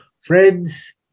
Friends